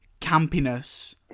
campiness